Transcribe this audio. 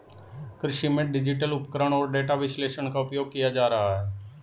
कृषि में डिजिटल उपकरण और डेटा विश्लेषण का उपयोग किया जा रहा है